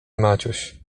maciuś